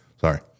Sorry